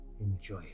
Enjoy